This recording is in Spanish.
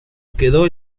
quedó